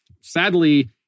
Sadly